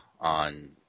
on